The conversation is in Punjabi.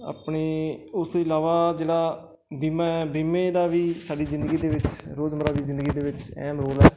ਆਪਣੇ ਉਸ ਤੋਂ ਇਲਾਵਾ ਜਿਹੜਾ ਬੀਮਾ ਹੈ ਬੀਮੇ ਦਾ ਵੀ ਸਾਡੀ ਜ਼ਿੰਦਗੀ ਦੇ ਵਿੱਚ ਰੋਜ਼ਮੱਰਾ ਦੀ ਜ਼ਿੰਦਗੀ ਦੇ ਵਿੱਚ ਅਹਿਮ ਰੋਲ ਹੈ